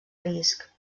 risc